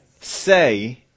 say